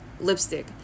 lipstick